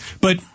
But-